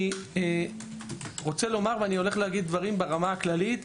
אני רוצה לומר ואני אגיד דברים ברמה הכללית.